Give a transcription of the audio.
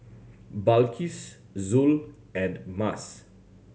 Balqis Zul and Mas